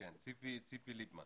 ציפי ליבמן,